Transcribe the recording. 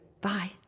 Bye